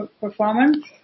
performance